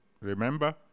remember